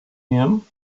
him